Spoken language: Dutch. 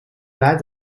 blij